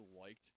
liked